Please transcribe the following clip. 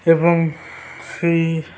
ଏବଂ ସେଇ